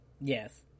yes